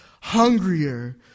hungrier